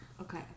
Okay